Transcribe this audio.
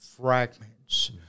fragments